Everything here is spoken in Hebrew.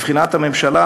מבחינת הממשלה,